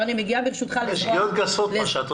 את עושה כאן שגיאה גסה.